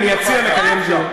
אני אציע לקיים דיון.